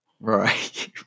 right